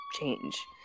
change